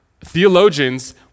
theologians